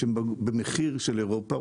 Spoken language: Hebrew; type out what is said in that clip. והן במחיר של אירופה,